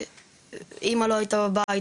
אמא לא הייתה בבית,